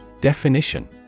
Definition